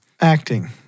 acting